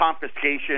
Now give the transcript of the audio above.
confiscation